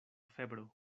febro